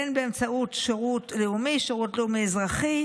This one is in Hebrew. בין באמצעות שירות לאומי, שירות לאומי-אזרחי,